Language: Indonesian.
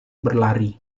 berlari